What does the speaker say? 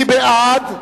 מי בעד?